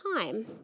time